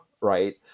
right